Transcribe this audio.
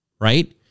right